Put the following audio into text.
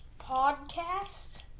Podcast